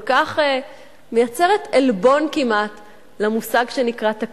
כל כך מייצרת עלבון כמעט למושג שנקרא תקציב,